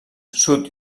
sud